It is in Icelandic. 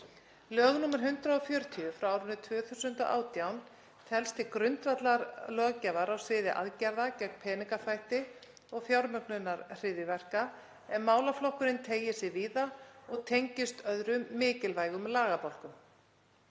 Lög nr. 140/2018 telst til grundvallarlöggjafar á sviði aðgerða gegn peningaþvætti og fjármögnunar hryðjuverka en málaflokkurinn teygir sig víða og tengist öðrum mikilvægum lagabálkumm,